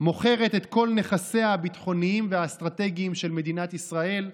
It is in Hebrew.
מוכרת את כל נכסיה הביטחוניים והאסטרטגיים של מדינת ישראל,